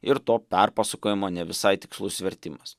ir to perpasakojimo ne visai tikslus vertimas